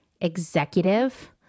executive